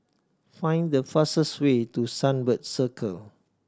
find the fastest way to Sunbird Circle